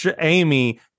Amy